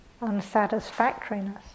unsatisfactoriness